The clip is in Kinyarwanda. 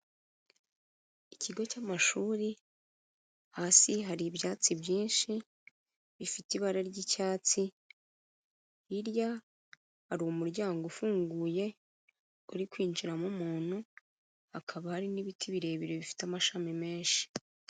Ikigo cy'amashuri, hasi hari ibyatsi byinshi bifite ibara ry'icyatsi, hirya hari umuryango ufunguye uri kwinjiramo umuntu, hakaba hari n'ibiti birebire bifite amashami menshi.